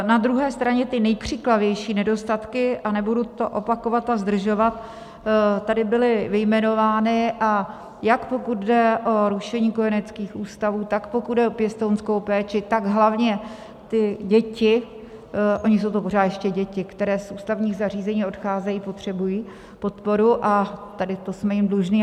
Na druhé straně ty nejkřiklavější nedostatky, a nebudu to opakovat a zdržovat, tady byly vyjmenovány, jak pokud jde o rušení kojeneckých ústavů, tak pokud jde o pěstounskou péči, tak hlavně ty děti ony jsou to pořád ještě děti, které z ústavních zařízení odcházejí potřebují podporu, a tady to jsme jim dlužni.